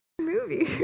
movie